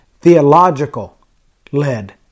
theological-led